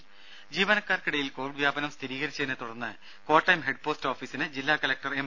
രും ജീവനക്കാർക്കിടയിൽ കോവിഡ് വ്യാപനം സ്ഥിരീകരിച്ചതിനെത്തുടർന്ന് കോട്ടയം ഹെഡ് പോസ്റ്റ് ഓഫീസിനെ ജില്ലാ കലക്ടർ എം